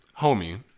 Homie